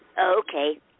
Okay